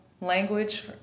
language